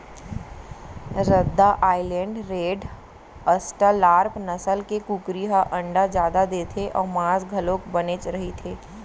रद्दा island red, Australorp नसल के कुकरी ह अंडा जादा देथे अउ मांस घलोक बनेच रहिथे